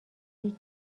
هیچ